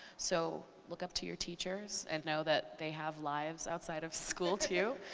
so look up to your teachers and know that they have lives outside of school, too,